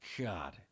God